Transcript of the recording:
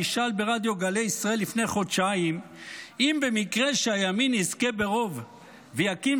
נשאל ברדיו גלי ישראל לפני חודשיים אם במקרה שהימין יזכה ברוב ויקים